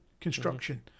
Construction